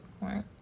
right